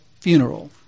funeral